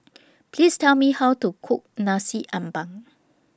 Please Tell Me How to Cook Nasi Ambeng